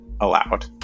allowed